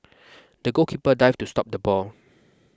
the goalkeeper dived to stop the ball